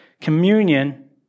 Communion